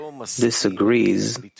disagrees